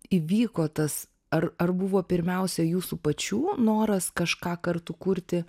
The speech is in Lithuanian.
įvyko tas ar ar buvo pirmiausia jūsų pačių noras kažką kartu kurti